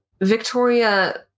Victoria